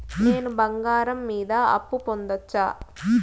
నేను బంగారం మీద అప్పు పొందొచ్చా?